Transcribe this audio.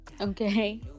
okay